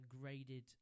graded